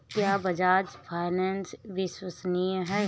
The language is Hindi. क्या बजाज फाइनेंस विश्वसनीय है?